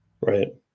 right